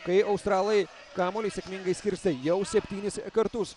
kai australai kamuolį sėkmingai skirstė jau septynis kartus